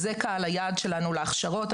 זה קהל היעד שלנו להכשרות.